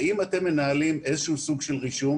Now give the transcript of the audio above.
האם אתם מנהלים איזשהו סוג של רישום